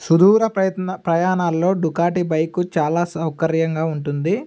సుదూర ప్రయత్న ప్రయాణాల్లో డుకాటి బైక్ చాలా సౌకర్యంగా ఉంటుంది